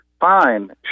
Fine